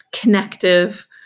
connective